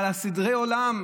על סדרי העולם,